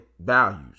values